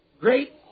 great